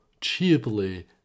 cheaply